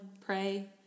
pray